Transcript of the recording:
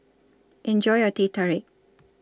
Enjoy your Teh Tarik